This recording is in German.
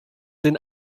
den